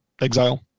exile